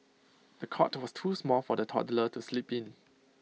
the cot was too small for the toddler to sleep in